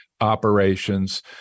operations